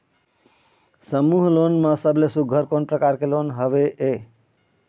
समूह लोन मा सबले सुघ्घर कोन प्रकार के लोन हवेए?